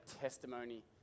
testimony